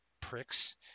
pricks